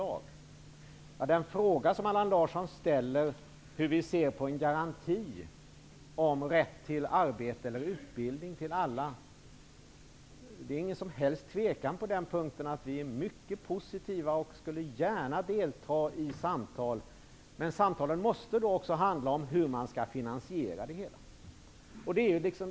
Vad gäller den fråga som Allan Larsson ställer om hur vi ser på en garanti om rätt till arbete eller utbildning för alla råder det inget som helst tvivel om att vi är mycket positiva på den punkten och gärna skulle delta i samtal om detta. Men samtalen måste också handla om hur man skall finansiera det hela.